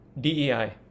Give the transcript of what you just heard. DEI